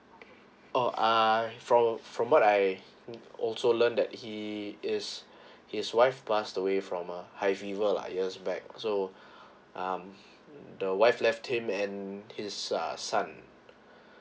oh I from from what I also learn that he is his wife passed away from a high fever lah years back so um the wife left him and he's a son